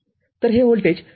तर हे व्होल्टेज 0